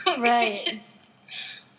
Right